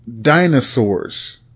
dinosaurs